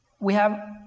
we have,